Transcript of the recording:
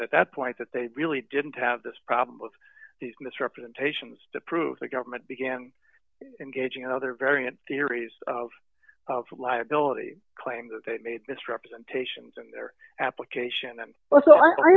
realizing at that point that they really didn't have this problem with these misrepresentations to prove the government began engaging other variant theories of liability claim that they made misrepresentations in their application